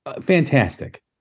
fantastic